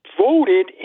Voted